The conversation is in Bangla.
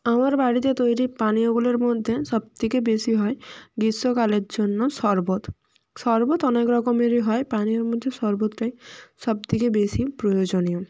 আমার বাড়িতে তৈরি পানীয়গুলোর মধ্যে সব থেকে বেশি হয় গ্রীষ্মকালের জন্য শরবত শরবত অনেক রকমেরই হয় পানীয়ের মদ্যে শরবতটাই সব থেকে বেশি প্রয়োজনীয়